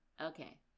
Okay